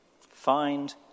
Find